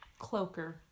Cloaker